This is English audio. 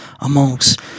amongst